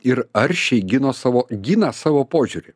ir aršiai gino savo gina savo požiūrį